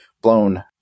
blown